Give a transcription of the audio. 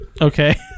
Okay